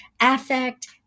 affect